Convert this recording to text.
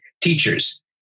teachers